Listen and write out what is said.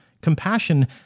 compassion